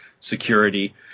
security